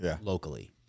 locally